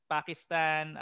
Pakistan